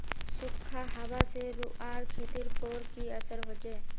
सुखखा हाबा से रूआँर खेतीर पोर की असर होचए?